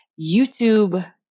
YouTube